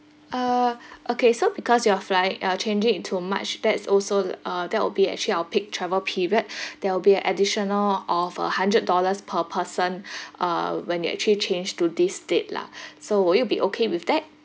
uh okay so because you are flying uh changing it to march that's also a that will be actually our peak travel period there will be additional of a hundred dollars per person uh when you actually change to this date lah so will you be okay with that